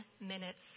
minutes